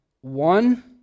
one